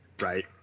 Right